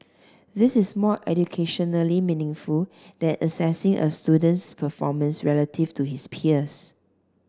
this is more educationally meaningful than assessing a student's performance relative to his peers